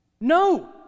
No